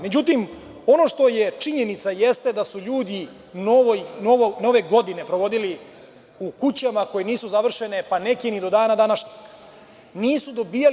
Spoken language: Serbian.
Međutim, ono što je činjenica jeste da su ljudi Novu godinu proveli u kućama koje nisu završene, pa neki i do dana današnjeg nisu dobijali…